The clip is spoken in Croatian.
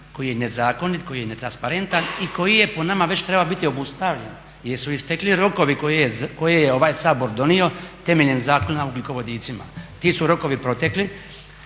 koji je nezakonit koji je netransparentan i koji je po nama već trebao biti obustavljen jer su istekli rokovi koji je ovaj Sabor donio temeljem Zakona o ugljikovodicima. Ti su rokovi protekli